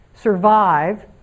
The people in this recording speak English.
survive